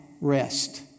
rest